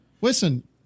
Listen